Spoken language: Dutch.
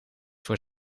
voor